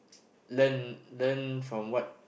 learn learn from what